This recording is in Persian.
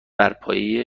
برپایه